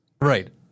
Right